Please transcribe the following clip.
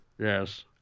Yes